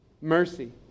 mercy